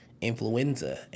influenza